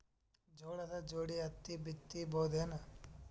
ಜೋಳದ ಜೋಡಿ ಹತ್ತಿ ಬಿತ್ತ ಬಹುದೇನು?